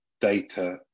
data